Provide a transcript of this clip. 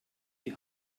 die